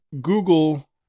Google